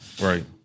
Right